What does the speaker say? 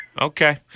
Okay